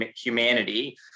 humanity